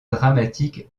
dramatique